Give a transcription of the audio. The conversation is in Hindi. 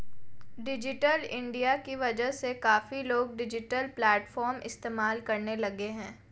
डिजिटल इंडिया की वजह से काफी लोग डिजिटल प्लेटफ़ॉर्म इस्तेमाल करने लगे हैं